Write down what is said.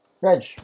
Reg